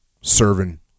serving